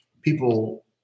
people